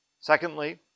Secondly